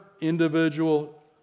individual